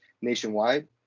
nationwide